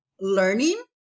learning